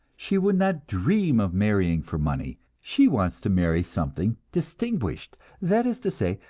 she would not dream of marrying for money she wants to marry something distinguished that is to say,